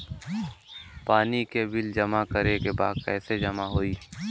पानी के बिल जमा करे के बा कैसे जमा होई?